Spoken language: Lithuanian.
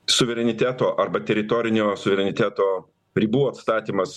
suvereniteto arba teritorinio suvereniteto ribų atstatymas